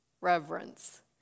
reverence